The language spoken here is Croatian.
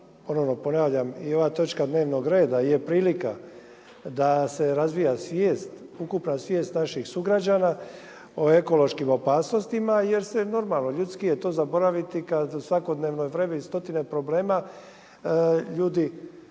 Ponovno ponavljam, ova točka dnevnog reda je prilika da se razvija svijest, ukupna svijest naših sugrađana o ekološkim opasnostima jer je normalno ljudski je to zaboraviti kada u svakodnevnoj vrevi stotine problema ljudi